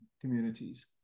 communities